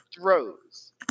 throws